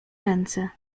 ręce